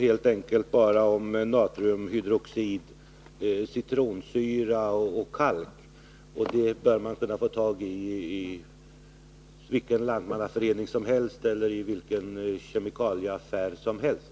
Det rör sig bara om natriumhydroxid, citronsyra och kalk, och det bör man kunna få tag på i vilken lantmannäförening eller vilken kemikalieaffär som helst.